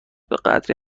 بهقدری